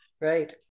right